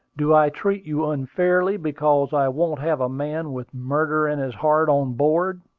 do i treat you unfairly because i won't have a man with murder in his heart on board?